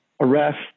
arrest